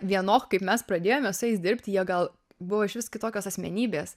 vienok kaip mes pradėjome su jais dirbti jie gal buvo išvis kitokios asmenybės